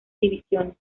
divisiones